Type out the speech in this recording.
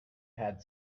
had